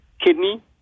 kidney